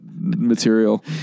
material